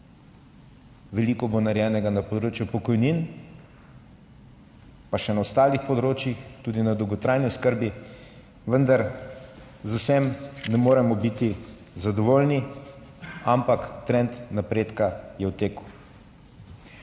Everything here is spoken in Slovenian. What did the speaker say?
veliko bo narejenega na področju pokojnin, pa še na ostalih področjih, tudi na dolgotrajni oskrbi, vendar z vsem ne moremo biti zadovoljni. Ampak trend napredka je v teku.